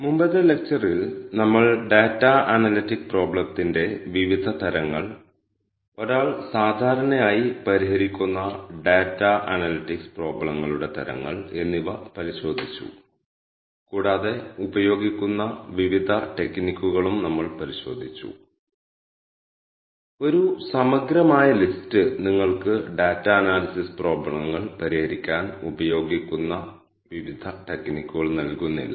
മുൻ ലെക്ച്ചറുകളിൽ പ്രൊഫസർ രഘു ഈ കെ മീൻസ് ക്ലസ്റ്ററിംഗ് അൽഗോരിതത്തെക്കുറിച്ചും ഈ കെ മീൻസ് അൽഗോരിതം എങ്ങനെ പ്രവർത്തിക്കുന്നു എന്നതിന്റെ ഗണിത വിശദാംശങ്ങളെക്കുറിച്ചും ഒരു ഹ്രസ്വ ആമുഖം നൽകിയിരുന്നു